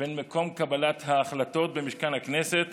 בין מקום קבלת ההחלטות במשכן הכנסת